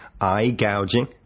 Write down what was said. eye-gouging